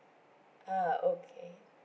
ah okay